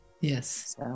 Yes